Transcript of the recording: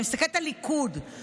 אני מסתכלת על הליכוד,